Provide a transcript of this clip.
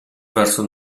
verso